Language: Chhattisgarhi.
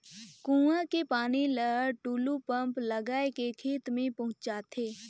कुआं के पानी ल टूलू पंप लगाय के खेत में पहुँचाथे